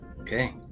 Okay